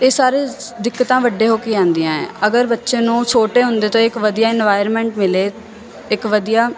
ਇਹ ਸਾਰੇ ਦਿੱਕਤਾਂ ਵੱਡੇ ਹੋ ਕੇ ਆਉਂਦੀਆਂ ਹੈ ਅਗਰ ਬੱਚੇ ਨੂੰ ਛੋਟੇ ਹੁੰਦੇ ਤੋਂ ਇੱਕ ਵਧੀਆ ਇਨਵਾਇਰਮੈਂਟ ਮਿਲੇ ਇੱਕ ਵਧੀਆ